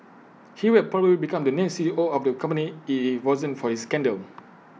he will probably become the next C E O of the company IT wasn't for his scandal